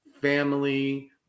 family